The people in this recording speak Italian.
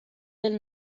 del